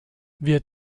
wir